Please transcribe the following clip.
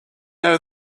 know